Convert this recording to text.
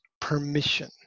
permission